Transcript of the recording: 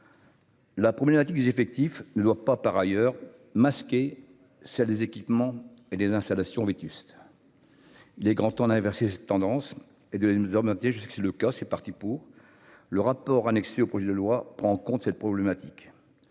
La problématique des effectifs ne doit pas par ailleurs masqué, celle des équipements et des installations vétustes, il est grand temps d'inverser cette tendance et de là, nous, je sais que c'est le cas, c'est parti pour le rapport annexé au projet de loi prend en compte cette problématique,